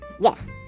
yes